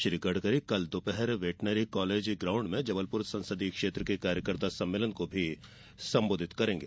श्री गडकरी कल दोपहर veterinary college ground में जबलपुर संसदीय क्षेत्र के कार्यकर्ता सम्मेलन को भी संबोधित करेंगें